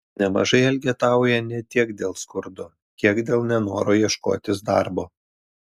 nemažai elgetauja ne tiek dėl skurdo kiek dėl nenoro ieškotis darbo